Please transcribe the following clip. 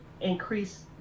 increase